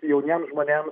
jauniems žmonėm